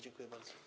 Dziękuję bardzo.